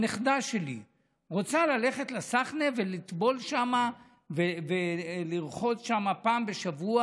הנכדה שלי רוצה ללכת לסחנה ולטבול שם ולרחוץ שם פעם בשבוע,